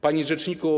Panie Rzeczniku!